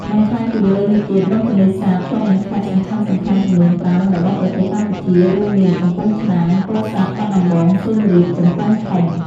បន្ថែមពីលើនេះទៀត បឹងទន្លេសាបជាប់នឹងខេត្តសំខាន់ៗចំនួន ៥ របស់ប្រទេសកម្ពុជា រួមមាន កំពង់ឆ្នាំង ពោធិ៍សាត់ បាត់ដំបង សៀមរាប កំពង់ធំ។